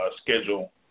schedule